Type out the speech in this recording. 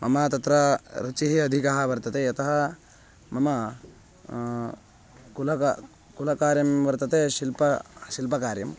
मम तत्र रुचिः अधिका वर्तते यतः मम कुलकार्यं कुलकार्यं वर्तते शिल्पं शिल्पकार्यं